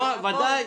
ודאי.